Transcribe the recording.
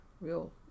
real